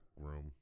room